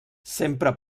sempre